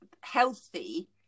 healthy